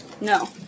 No